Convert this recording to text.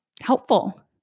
helpful